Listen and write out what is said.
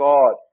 God